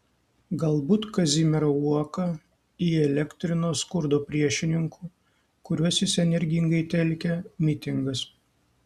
galbūt kazimierą uoką įelektrino skurdo priešininkų kuriuos jis energingai telkė mitingas